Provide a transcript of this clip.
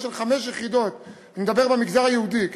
של חמש יחידות אני מדבר במגזר היהודי,